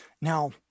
Now